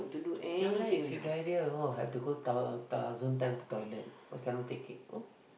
ya lah if you diarrhoea all have to go toilet cause cannot take it